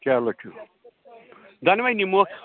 چلو ٹھیٖک دۅنوے نِمَو